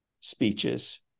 speeches